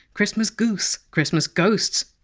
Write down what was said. christmas goose, christmas ghosts,